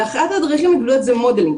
אחת הדרכים הגלויות זה מודלים.